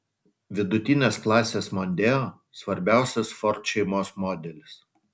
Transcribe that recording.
vidutinės klasės mondeo svarbiausias ford šeimos modelis